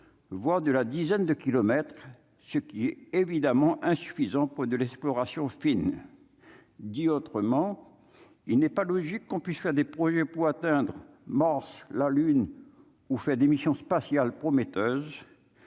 voire de la dizaine de kilomètres, ce qui est évidemment insuffisant pour de l'exploration fine, dit autrement, il n'est pas logique qu'on puisse faire des projets pour atteindre Mars, la Lune ou faire des missions spatiales prometteuse